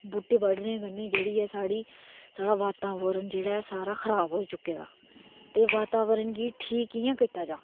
बूहटे बड्ढने कन्नै जेहड़ी ऐ साढ़ा बातावरण जेहड़ा ऐ सारा खराब होई चुके दा ते बाता वरण गी ठीक कियां कीता जाए